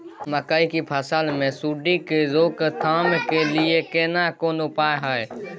मकई की फसल मे सुंडी के रोक थाम के लिये केना कोन उपाय हय?